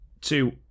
two